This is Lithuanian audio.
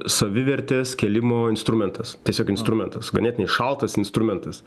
savivertės kėlimo instrumentas tiesiog instrumentas ganėtinai šaltas instrumentas